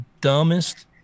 dumbest